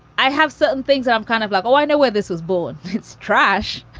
i have certain things. i'm kind of like, oh, i know where this was born. it's trash,